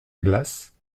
glace